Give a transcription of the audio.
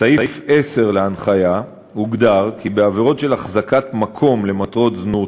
בסעיף 10 להנחיה הוגדר כי בעבירות של החזקת מקום למטרות זנות,